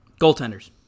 Goaltenders